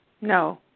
No